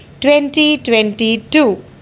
2022